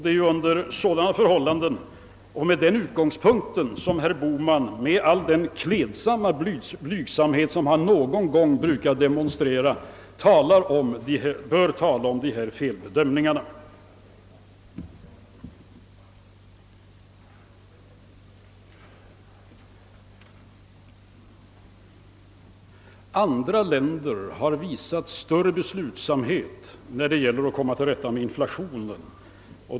Det är ifrån den utgångspunkten som herr Bohman med all den klädsamma blygsamhet han någon gång brukar demonstrera borde tala om dessa felbedömningar. Andra länder har visat större beslutsamhet när det gäller att komma till rätta med inflationen.